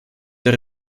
der